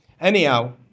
Anyhow